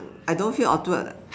I don't feel awkward [what]